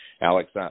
Alex